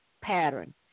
pattern